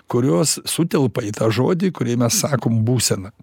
kurios sutelpa į tą žodį kurį mes sakom būsena